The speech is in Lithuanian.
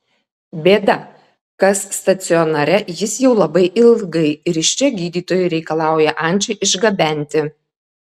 bėda kas stacionare jis jau labai ilgai ir iš čia gydytojai reikalauja arčį išgabenti